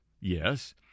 yes